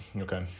Okay